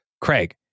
Craig